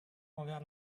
envers